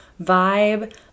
vibe